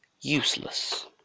useless